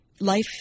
life